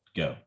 go